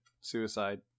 suicide